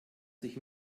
sich